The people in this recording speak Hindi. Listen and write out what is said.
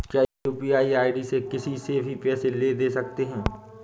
क्या यू.पी.आई आई.डी से किसी से भी पैसे ले दे सकते हैं?